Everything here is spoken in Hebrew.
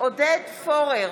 עודד פורר,